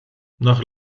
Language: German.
nach